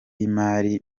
y’imari